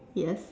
yes